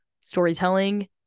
storytelling